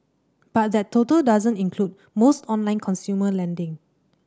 but that total doesn't include most online consumer lending